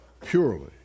purely